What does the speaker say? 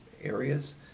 areas